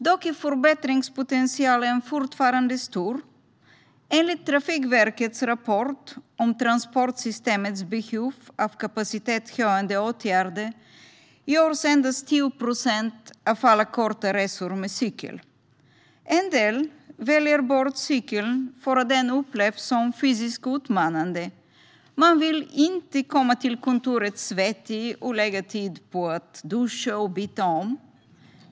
Dock är förbättringspotentialen fortfarande stor - enligt Trafikverkets rapport om transportsystemets behov av kapacitetshöjande åtgärder görs endast 10 procent av alla korta resor med cykel. En del väljer bort cykeln för att den upplevs som fysiskt utmanande - man vill inte komma till kontoret svettig och lägga tid på att duscha och byta om.